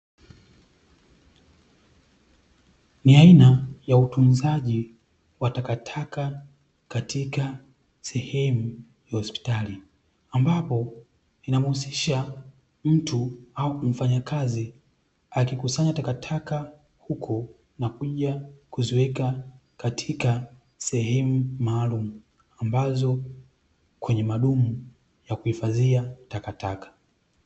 Ni aina ya utunzaji wa takataka katika sehemu ya hospitali, ambapo inamuhusisha mtu au mfanyakazi akikusanya takataka huko na kuja kuziweka katika sehemu maalum ambazo kwenye madumu ya kuhifadhia takataka.